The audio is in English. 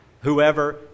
whoever